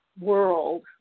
world